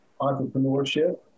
entrepreneurship